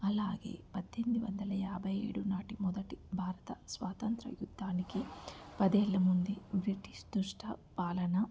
అలాగే పద్దెనిమిది వందల యాభై ఏడు నాటి మొదటి భారత స్వాతంత్ర యుద్ధానికి పదేళ్ళ ముందై బ్రిటిష్ దుష్టపాలన